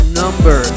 number